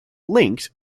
linked